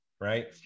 Right